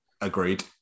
agreed